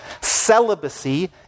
celibacy